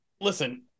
Listen